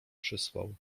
przysłał